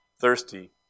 thirsty